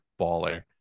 baller